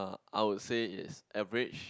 I would say yes average